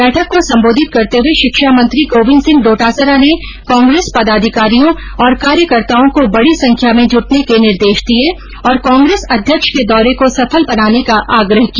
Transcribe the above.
बैठक को संबोधित करते हुए शिक्षा मंत्री गोविन्द सिंह डोटासरा ने कांग्रेस पदाधिकारियों और कार्यकर्ताओं को बड़ी संख्या में जुटने के निर्देश दिये और कांग्रेस अध्यक्ष के दौरे को सफल बनाने का आग्रह किया